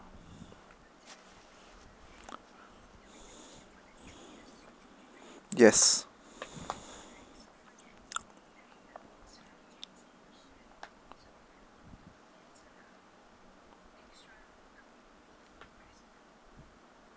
yes